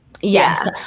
Yes